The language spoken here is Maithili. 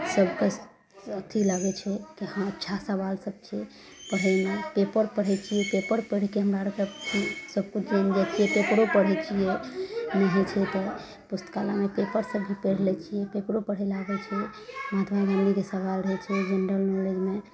सबके अथी लागय छै तऽ अच्छा सबाल सब छै पढ़यमे पेपर पढ़य छियै पेपर पढ़िके हमरा आरके भी सबकिछु जानि जाइ छियै पेपरो पढ़य छियै नहि होइ छै तऽ पुस्तकालय मे पेपर सब भी पैढ़ लै छियै पेपरो पढ़ैलए आबै छै पप्पा मम्मी के सबाल रहै छै जेनरल नॉलेज मे